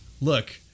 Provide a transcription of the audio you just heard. look